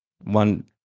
One